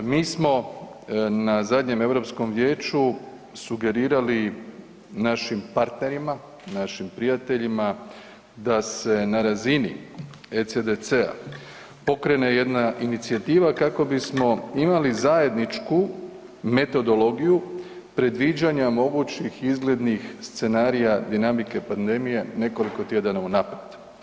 Mi smo na zadnjem Europskom vijeću sugerirali našim partnerima, našim prijateljima da se na razini ECDC-a pokrene jedna inicijativa kako bismo imali zajedničku metodologiju predviđanja mogućih izglednih scenarija dinamike pandemije nekoliko tjedana unaprijed.